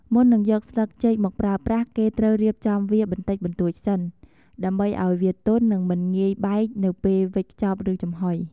មុននឹងយកស្លឹកចេកមកប្រើប្រាស់ គេត្រូវរៀបចំវាបន្តិចបន្តួចសិន ដើម្បីឱ្យវាទន់និងមិនងាយបែកនៅពេលវេចខ្ចប់ឬចំហុយ។